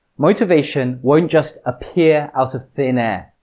motivation won't just appear out of thin air.